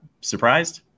surprised